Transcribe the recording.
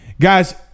Guys